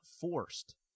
forced